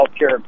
healthcare